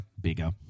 bigger